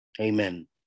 Amen